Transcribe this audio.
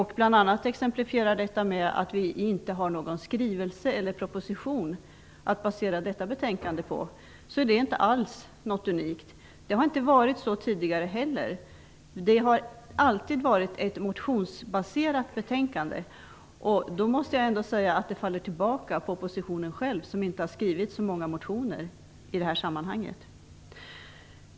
Hon exemplifierar detta bl.a. med att vi inte har någon skrivelse eller proposition att basera detta betänkande på. Det är inte alls något unikt. Det har inte varit så tidigare heller. Det har alltid varit ett motionsbaserat betänkande. Jag måste säga att det faller tillbaka på oppositionen själv som inte har skrivit så många motioner i det här sammanhanget.